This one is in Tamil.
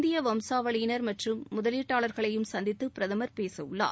இந்திய வம்சாவளியினர் மற்றும் முதலீட்டாளர்களையும் சந்தித்து பிரதமர் பேசவுள்ளார்